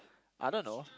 I don't know